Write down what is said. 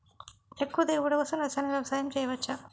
ఎక్కువ దిగుబడి కోసం రసాయన వ్యవసాయం చేయచ్చ?